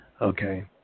Okay